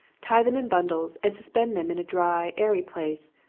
tie them in bundles, and suspend them in a dry, airy place,